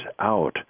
out